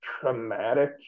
traumatic